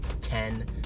ten